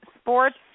sports